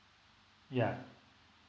yeah